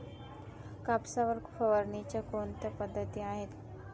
कापसावर फवारणीच्या कोणत्या पद्धती आहेत?